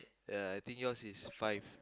ya I think yours is five